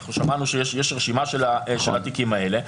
אנחנו שמענו שיש רשימה של התיקים האלה,